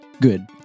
good